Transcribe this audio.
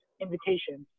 invitations